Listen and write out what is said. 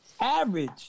Average